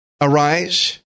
arise